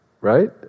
right